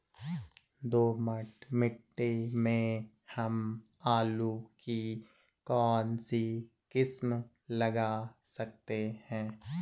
दोमट मिट्टी में हम आलू की कौन सी किस्म लगा सकते हैं?